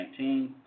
2019